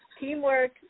teamwork